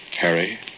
Harry